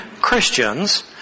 Christians